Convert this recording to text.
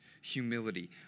humility